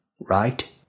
right